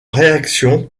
réaction